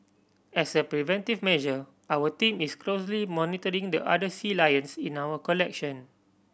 as a preventive measure our team is closely monitoring the other sea lions in our collection